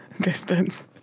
distance